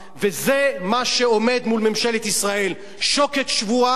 וזה מה שעומד מול ממשלת ישראל: שוקת שבורה,